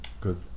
Good